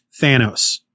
Thanos